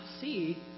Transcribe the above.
see